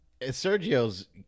Sergio's